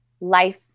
Life